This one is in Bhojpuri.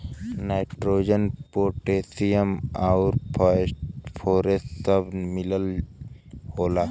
नाइट्रोजन पोटेशियम आउर फास्फोरस सब मिलल होला